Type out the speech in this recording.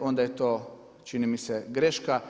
onda je to čini mi se greška.